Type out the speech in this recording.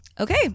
Okay